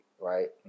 right